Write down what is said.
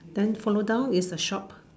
then follow down is a shop